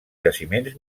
jaciments